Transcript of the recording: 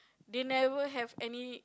they never have any